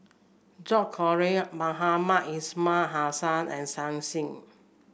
George Collyer Mohamed Ismail Hussain and Shen Xi